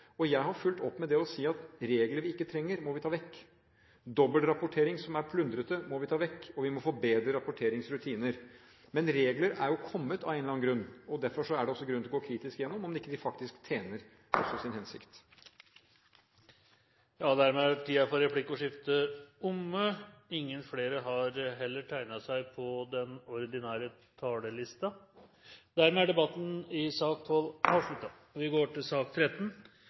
mener jeg at representanten Lysbakken har satt et veldig viktig fokus på det, og jeg har fulgt opp med å si at regler vi ikke trenger, må vi ta vekk. Dobbeltrapportering som er plundrete, må vi ta vekk, og vi må få bedre rapporteringsrutiner. Men regler er jo kommet av en eller annen grunn, og derfor er det også grunn til å gå kritisk igjennom dem og se på om de ikke faktisk tjener sin hensikt. Replikkordskiftet er omme. Flere har ikke bedt om ordet til sak